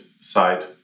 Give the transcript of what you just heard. side